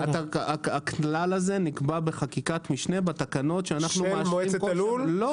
הכלל הזה נקבע בחקיקת משנה בתקנות, שוועדת